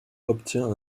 obtient